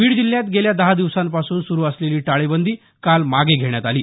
बीड जिल्ह्यात गेल्या दहा दिवसांपासून सुरू असलेली टाळेबंदी काल मागे घेण्यात आली